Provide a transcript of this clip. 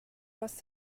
was